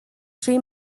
three